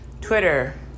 Twitter